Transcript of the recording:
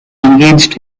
engaged